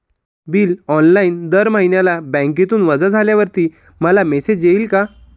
Bill online दर महिन्याला बँकेतून वजा झाल्यावर मला मेसेज येईल का?